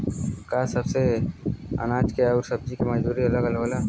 का सबे अनाज के अउर सब्ज़ी के मजदूरी अलग अलग होला?